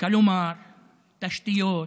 כלומר תשתיות,